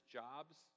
jobs